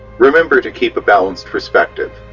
remember to keep a balanced perspective,